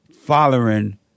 following